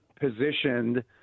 positioned